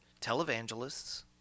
televangelists